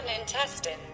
intestines